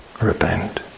repent